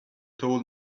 tall